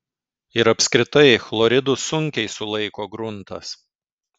ir apskritai chloridus sunkiai sulaiko gruntas